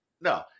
No